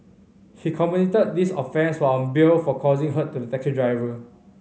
he committed this offence while on bail for causing hurt to the taxi driver